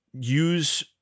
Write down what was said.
use